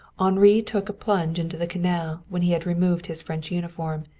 henri took a plunge into the canal when he had removed his french uniform,